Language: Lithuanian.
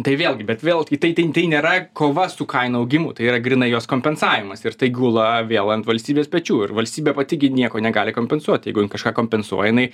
tai vėlgi bet vėl tai tai tai nėra kova su kainų augimu tai yra grynai jos kompensavimas ir tai gula vėl ant valstybės pečių ir valstybė pati gi nieko negali kompensuoti jeigu jin kažką kompensuoja jinai